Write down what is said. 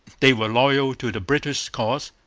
they were loyal to the british cause,